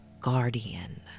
Guardian